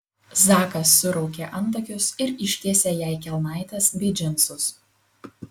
zakas suraukė antakius ir ištiesė jai kelnaites bei džinsus